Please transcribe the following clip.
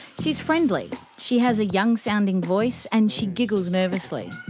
she's friendly. she has a young sounding voice, and she giggles nervously.